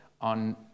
on